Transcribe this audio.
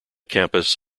campus